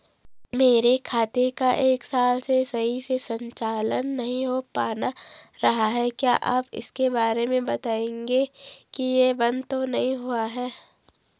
मेरे खाते का एक साल से सही से संचालन नहीं हो पाना रहा है क्या आप इसके बारे में बताएँगे कि ये बन्द तो नहीं हुआ है?